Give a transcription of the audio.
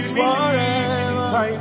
forever